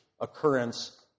occurrence